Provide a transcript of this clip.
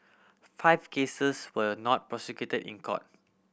five cases were not prosecuted in court